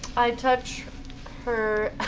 touch her?